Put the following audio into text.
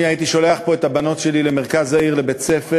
אני הייתי שולח את הבנות שלי למרכז העיר לבית-הספר,